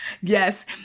Yes